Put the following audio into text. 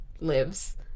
lives